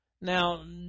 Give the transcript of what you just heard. Now